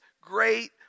great